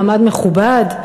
מעמד מכובד,